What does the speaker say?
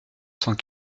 cent